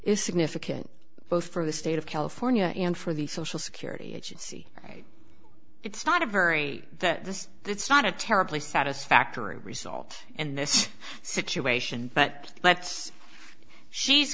is significant both for the state of california and for the social security agency it's not a very that this it's not a terribly satisfactory result in this situation but let's she's